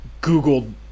Googled